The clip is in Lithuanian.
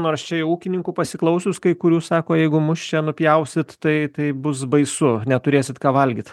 nors čia į ūkininkų pasiklausius kai kurių sako jeigu mus čia nupjausit tai tai bus baisu neturėsit ką valgyt